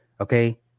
Okay